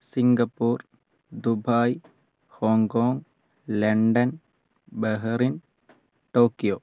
Singapore Dubai Hong Kong London Bahrain Tokyo